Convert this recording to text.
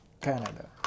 Canada